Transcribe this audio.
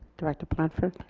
director blanford.